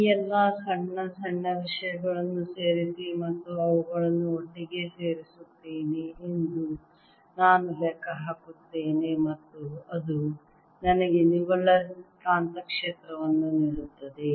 ಈ ಎಲ್ಲಾ ಸಣ್ಣ ಸಣ್ಣ ವಿಷಯಗಳನ್ನು ಸೇರಿಸಿ ಮತ್ತು ಅವುಗಳನ್ನು ಒಟ್ಟಿಗೆ ಸೇರಿಸುತ್ತೇನೆ ಎಂದು ನಾನು ಲೆಕ್ಕ ಹಾಕುತ್ತೇನೆ ಮತ್ತು ಅದು ನನಗೆ ನಿವ್ವಳ ಕಾಂತಕ್ಷೇತ್ರವನ್ನು ನೀಡುತ್ತದೆ